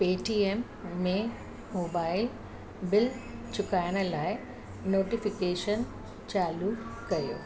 Paytm में mobile bill चुकाइण लाइ नोटिफिकेशन चालू कयो